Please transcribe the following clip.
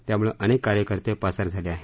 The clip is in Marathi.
त्यामुळं अनेक कार्यकर्ते पसार झालेले आहेत